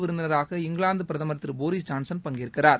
விருந்தினராக இங்கிலாந்து பிரதமர் திரு போரிஸ் ஜான்சன் பங்கேற்கிறார்